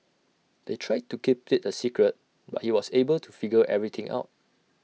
they tried to keep IT A secret but he was able to figure everything out